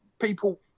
People